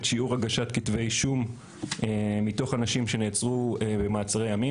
את שיעור הגשת כתבי אישום מתוך אנשים שנעצרו במעצרי ימים.